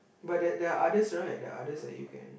but the the others right the others that you can